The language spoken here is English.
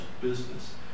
business